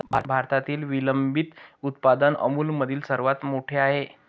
भारतातील विलंबित उत्पादन अमूलमधील सर्वात मोठे आहे